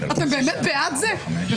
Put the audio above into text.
לא הבנתי.